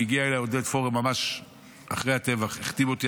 הגיע אליי עודד פורר ממש אחרי הטבח, החתים אותי.